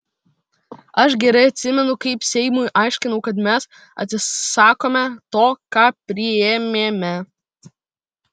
aš gerai atsimenu kaip seimui aiškinau kad mes atsisakome to ką priėmėme